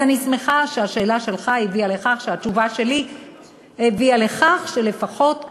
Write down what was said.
אז אני שמחה שהשאלה שלך הביאה לכך שהתשובה שלי הביאה לכך שלפחות כאן,